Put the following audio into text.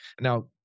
Now